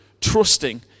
trusting